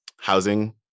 housing